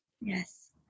Yes